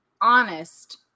honest